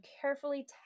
carefully